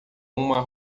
uma